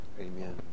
Amen